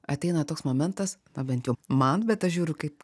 ateina toks momentas na bent jau man bet aš žiūriu kaip